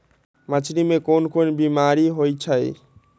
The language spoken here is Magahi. मछरी मे कोन कोन बीमारी होई छई